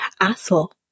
Asshole